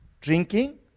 drinking